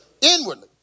inwardly